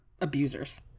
abusers